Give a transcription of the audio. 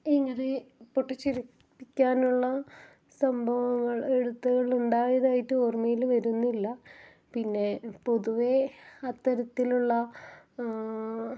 ഇങ്ങനെ പൊട്ടിച്ചിരിപ്പിക്കാനുള്ള സംഭവങ്ങൾ എഴുത്തുകൾ ഉണ്ടായതായിട്ട് ഓർമ്മയിൽ വരുന്നില്ല പിന്നെ പൊതുവെ അത്തരത്തിലുള്ള